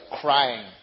crying